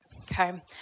okay